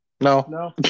No